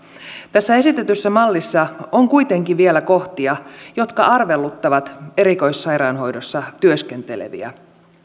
tässä esitetyssä mallissa on kuitenkin vielä kohtia jotka arveluttavat erikoissairaanhoidossa työskenteleviä